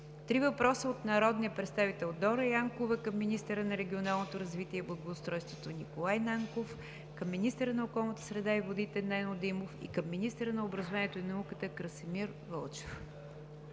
три въпроса от народния представител Дора Янкова към министъра на регионалното развитие и благоустройството Николай Нанков, към министъра на околната среда и водите Нено Димов и към министъра на образованието и науката Красимир Вълчев;